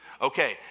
Okay